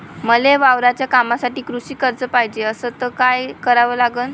मले वावराच्या कामासाठी कृषी कर्ज पायजे असनं त काय कराव लागन?